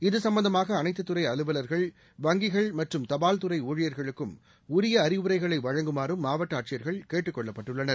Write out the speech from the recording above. இது சும்பந்தமாக அனைத்து துறை அலுவலகா்கள் வங்கிகள் மற்றும் தபால் துறை ஊழியா்களுக்கும் உரிய அறிவுரைகளை வழங்குமாறும் மாவட்ட ஆட்சியர்கள் கேட்டு கொள்ளப்பட்டுள்ளனர்